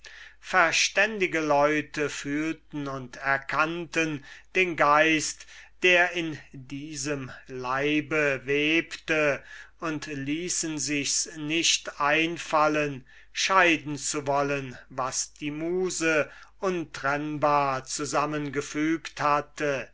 verständige leute fühlten und erkannten den geist der in diesem leibe atmete und ließen sichs nicht einfallen scheiden zu wollen was die muse untrennbar zusammengefügt hatte